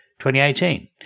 2018